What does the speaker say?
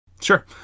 Sure